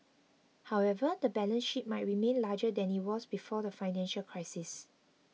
however the balance sheet might remain larger than it was before the financial crisis